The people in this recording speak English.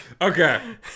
Okay